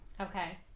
Okay